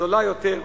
זולה יותר,